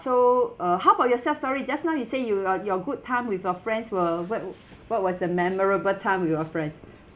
so uh how about yourself sorry just now you say you uh your good time with your friends were what wa~ what was the memorable time with your friend